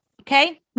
Okay